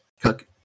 cook